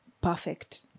perfect